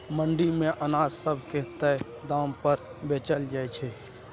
मंडी मे अनाज सब के तय दाम पर बेचल जाइ छै